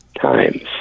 times